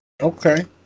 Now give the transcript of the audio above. okay